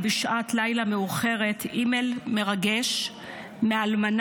בשעת לילה מאוחרת קיבלתי אימייל מרגש מאלמנה,